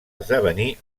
esdevenir